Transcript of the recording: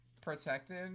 Protected